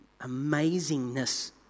amazingness